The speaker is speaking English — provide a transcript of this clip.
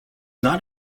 not